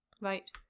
right